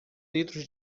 litros